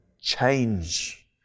change